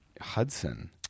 Hudson